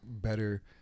better